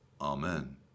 Amen